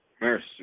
Mercy